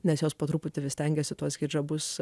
nes jos po truputį vis stengiasi tuos hidžabus